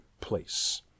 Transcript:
place